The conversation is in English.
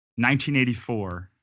1984